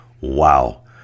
Wow